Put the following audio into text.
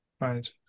Right